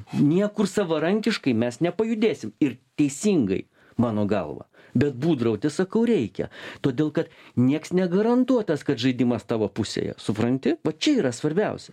niekur savarankiškai mes nepajudėsim ir teisingai mano galva bet būdrauti sakau reikia todėl kad nieks negarantuotas kad žaidimas tavo pusėje supranti va čia yra svarbiausia